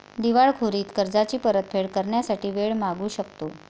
दिवाळखोरीत कर्जाची परतफेड करण्यासाठी वेळ मागू शकतो